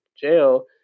jail